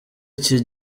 iki